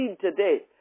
today